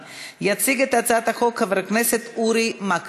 אני קובעת כי הצעת חוק הרשויות המקומיות (ייעוד כספי הקצבות